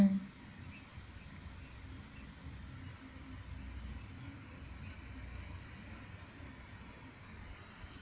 mm